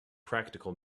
practical